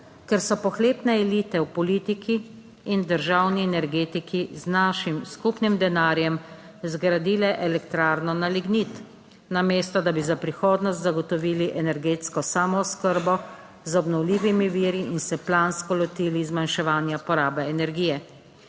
ker so pohlepne elite v politiki in državni energetiki z našim skupnim denarjem zgradile elektrarno na lignit, namesto da bi za prihodnost zagotovili energetsko samooskrbo z obnovljivimi viri in se plansko lotili zmanjševanja porabe energije.